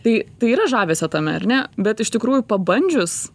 tai tai yra žavesio tame ar ne bet iš tikrųjų pabandžius